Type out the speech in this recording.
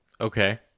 okay